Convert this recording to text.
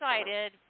excited